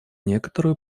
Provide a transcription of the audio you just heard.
некоторую